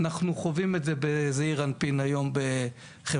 אנחנו חווים את זה בזעיר אנפין היום בחברה